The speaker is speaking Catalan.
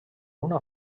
una